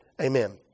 amen